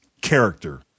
character